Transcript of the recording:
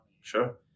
Sure